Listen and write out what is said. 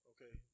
Okay